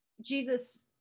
Jesus